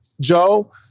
Joe